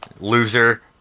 loser